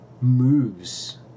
moves